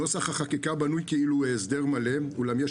נוסח החקיקה בנוי כאילו הוא הסדר מלא אולם יש